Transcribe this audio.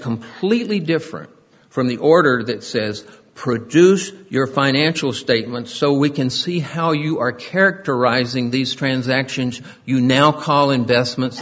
completely different from the order that says produce your financial statements so we can see how you are characterizing these transactions you now call investments